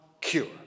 cure